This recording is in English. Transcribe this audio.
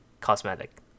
cosmetic